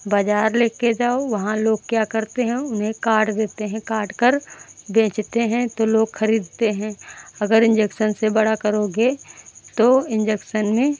बाज़ार लेकर जाओ वहाँ लोग क्या करते हैं उन्हें काट देते हैं काटकर बेचते हैं तो लोग खरीदते हैं अगर इंजेक्शन से बड़ा करोगे तो इंजेक्शन में